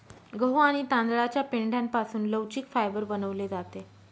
गहू आणि तांदळाच्या पेंढ्यापासून लवचिक फायबर बनवले जाते